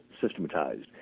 systematized